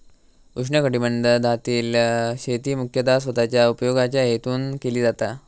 उष्णकटिबंधातील शेती मुख्यतः स्वतःच्या उपयोगाच्या हेतून केली जाता